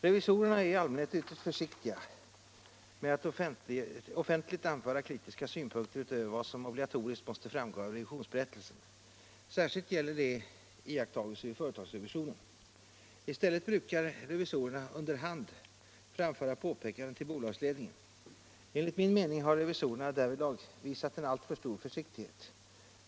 Revisorerna är i allmänhet ytterst försiktiga med att offentligt anföra kritiska synpunkter utöver vad som obligatoriskt måste framgå av revisionsberättelsen. Särskilt gäller detta om iakttagelser vid förvaltningsrevisionen. I stället brukar revisorerna under hand framföra påpekanden till bolagsledningen. Enligt min mening har revisorerna därvidlag visat en alltför stor försiktighet.